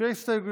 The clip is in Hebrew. הצעת